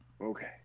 Okay